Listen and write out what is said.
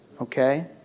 okay